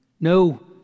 no